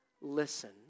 listen